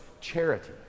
charity